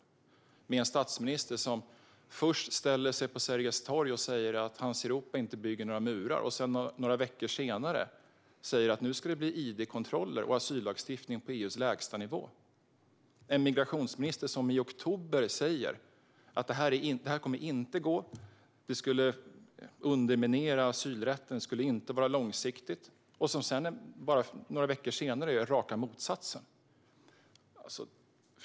Först ställde sig statsministern på Sergels torg och sa att hans Europa inte bygger murar. Några veckor senare sa han att det skulle bli id-kontroller och asyllagstiftning på EU:s lägstanivå. I oktober sa migrationsministern att detta inte kommer att gå, för det skulle underminera asylrätten och inte vara långsiktigt. Ett par veckor senare gör hon raka motsatsen.